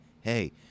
Hey